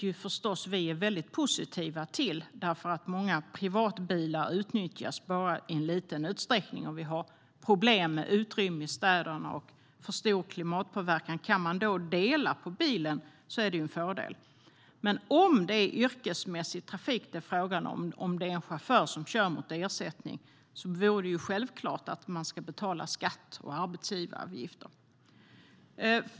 Det är vi förstås väldigt positiva till eftersom många privatbilar bara utnyttjas i liten utsträckning och vi har problem med utrymme i städerna och en för stor klimatpåverkan. Kan man då dela på bilen är det ju en fördel. Men om det är yrkesmässig trafik det är fråga om, om det är en chaufför som kör mot ersättning, vore det självklart att man ska betala skatt och arbetsgivaravgifter.